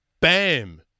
bam